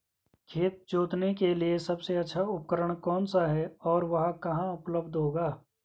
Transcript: खेत जोतने के लिए सबसे अच्छा उपकरण कौन सा है और वह कहाँ उपलब्ध होगा?